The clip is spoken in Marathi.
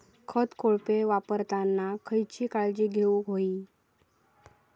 खत कोळपे वापरताना खयची काळजी घेऊक व्हयी?